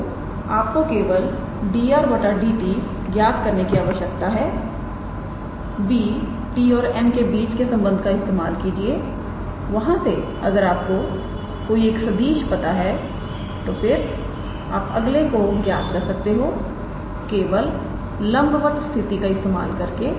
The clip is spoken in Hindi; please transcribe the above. तोआपको केवल 𝑑𝑟⃗ 𝑑𝑡 ज्ञात करने की आवश्यकता है 𝑏̂𝑡̂ और 𝑛̂ के बीच के संबंध का इस्तेमाल कीजिए वहां से अगर आपको कोई एक सदिश पता है तो फिर आप अगले को ज्ञात कर सकते हो केवल लंबवत स्थिति का इस्तेमाल करके